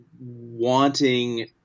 wanting